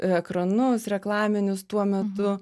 ekranus reklaminius tuo metu